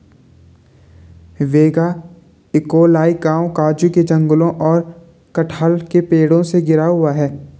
वेगाक्कोलाई गांव काजू के जंगलों और कटहल के पेड़ों से घिरा हुआ है